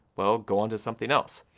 well go on to something else.